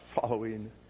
following